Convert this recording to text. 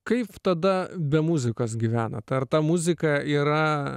kaip tada be muzikos gyvenat ar ta muzika yra